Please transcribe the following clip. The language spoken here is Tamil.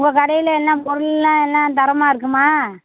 உங்கள் கடையில் எல்லாம் பொருளெலாம் எல்லாம் தரமாக இருக்குமா